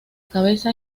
cabeza